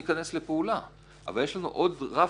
נניח בדוגמה שנתת, הדוגמה של 24 אלף שקל לרשות.